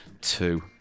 Two